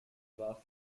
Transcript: warf